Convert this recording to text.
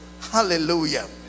Hallelujah